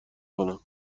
کنم